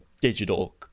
digital